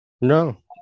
No